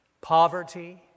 poverty